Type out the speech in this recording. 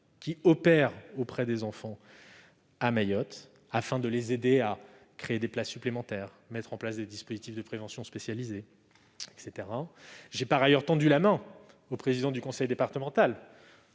qui agissent auprès des enfants à Mayotte. Il s'agit de les aider à créer des places supplémentaires et à mettre en place des dispositifs de prévention spécialisée. J'ai par ailleurs tendu la main au président du conseil départemental,